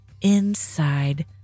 inside